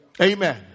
amen